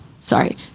sorry